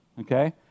okay